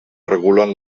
regulen